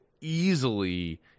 easily